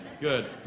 good